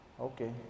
okay